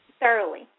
thoroughly